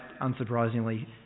unsurprisingly